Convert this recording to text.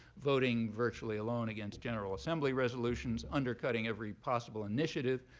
voting virtually alone against general assembly resolutions, undercutting every possible initiative.